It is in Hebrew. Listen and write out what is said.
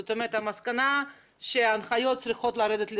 זאת אומרת, המסקנה שההנחיות צריכות לרדת לשטח,